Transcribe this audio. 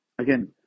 Again